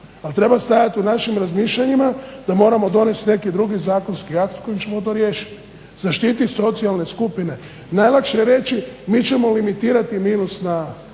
treba stajati u našim razmišljanjima da moramo donesti neki drugi zakonski akt s kojim ćemo to riješiti. Zaštiti socijalne skupine, najlakše je reći, mi ćemo limitirati minus na